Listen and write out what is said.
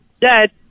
dead